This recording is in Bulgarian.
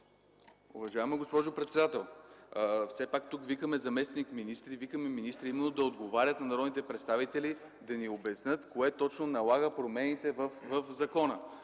Уважаема госпожо председател, все пак тук викаме заместник-министри и министри, за да отговарят на народните представители, да обяснят кое точно налага промените в закона.